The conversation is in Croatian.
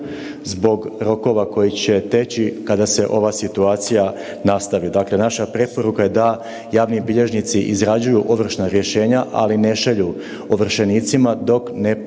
zbog rokova koji će teći kada se ova situacija nastavi. Dakle naša preporuka je da javni bilježnici izrađuju ovršna rješenja, ali ne šalju ovršenicima dok ne